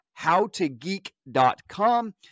howtogeek.com